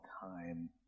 time